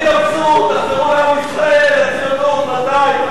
מתי אתם תתאפסו, תחזרו לעם ישראל, לציונות, מתי?